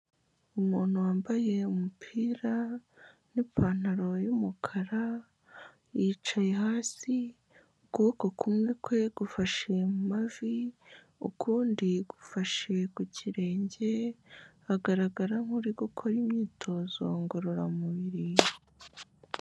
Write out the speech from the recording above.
Umuntu wambaye umupira n'ipantaro yumukara, yicaye hasi ukuboko kumwe kwe gufashe mu mavi, ukundi gufashe ku kirenge, agaragara nkuri gukora imyitozo ngororamubiri.